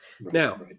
Now